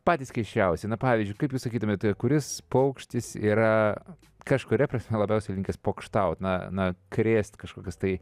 patys keisčiausi na pavyzdžiui kaip jūs sakytumėt kuris paukštis yra kažkuria prasme labiausiai linkęs pokštaut na na krėst kažkokias tai